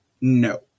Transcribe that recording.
No